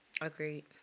Agreed